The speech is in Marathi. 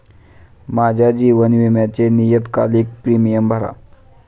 माझ्या जीवन विम्याचे नियतकालिक प्रीमियम भरा